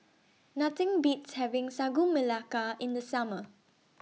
Nothing Beats having Sagu Melaka in The Summer